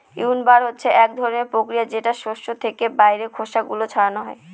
উইন্ডবার হচ্ছে এক ধরনের প্রক্রিয়া যেটা দিয়ে শস্য থেকে বাইরের খোসা গুলো ছাড়ানো হয়